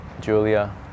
Julia